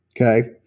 Okay